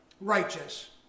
righteous